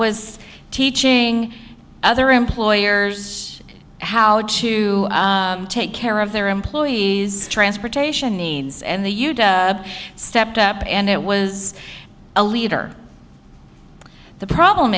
was teaching other employers how to take care of their employees transportation needs and the youth stepped up and it was a leader the problem